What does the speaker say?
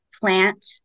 plant